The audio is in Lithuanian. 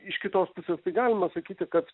iš kitos pusės tai galima sakyti kad